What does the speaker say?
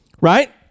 Right